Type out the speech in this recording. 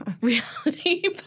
reality